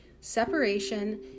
Separation